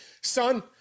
son